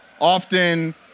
often